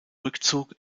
rückzug